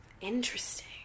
Interesting